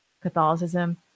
Catholicism